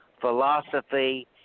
philosophy